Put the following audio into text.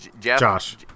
Josh